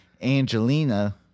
Angelina